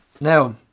now